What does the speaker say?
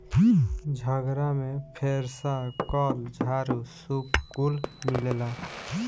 झगड़ा में फेरसा, कल, झाड़ू, सूप कुल मिलेला